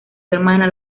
hermana